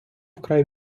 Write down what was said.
край